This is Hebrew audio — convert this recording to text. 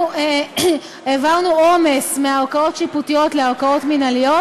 העברנו עומס מערכאות שיפוטיות לערכאות מינהליות.